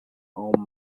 own